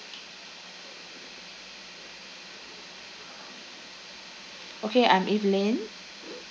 okay I'm evelyn